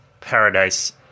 paradise